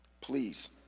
Please